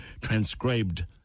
transcribed